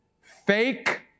Fake